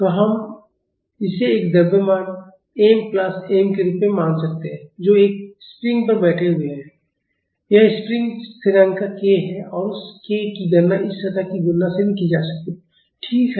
तो हम इसे एक द्रव्यमान M प्लस m के रूप में मान सकते हैं जो एक स्प्रिंग पर बैठे हुए है यह स्प्रिंग स्थिरांक k है और उस k की गणना इस सतह की गुण से की जा सकती है ठीक है